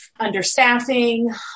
understaffing